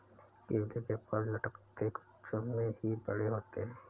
केले के फल लटकते गुच्छों में ही बड़े होते है